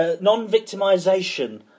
non-victimisation